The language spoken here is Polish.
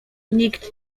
nikt